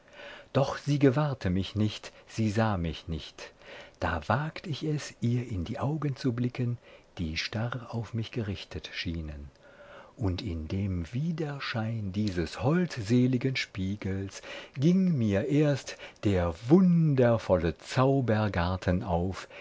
doch sie gewahrte mich nicht sie sah mich nicht da wagt ich es ihr in die augen zu blicken die starr auf mich gerichtet schienen und in dem widerschein dieses holdseligen spiegels ging mir erst der wundervolle zaubergarten auf